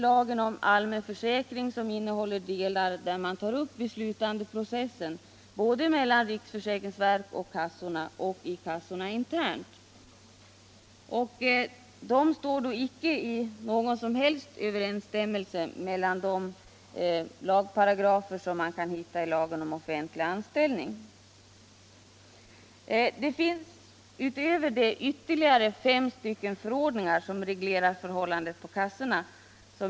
Lagen om allmän försäkring innehåller t.ex. avsnitt där man tar upp beslutandeprocess både mellan riksförsäkringsverket och kassorna och i kassorna internt. Dessa förordningar står inte i någon som helst överensstämmelse med de lagparagrafer man kan hitta i lagen om offentlig anställning. Utöver detta finns ytterligare fem förordningar, som reglerar förhållandet på kassorna.